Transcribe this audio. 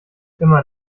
immer